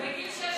מגיל 16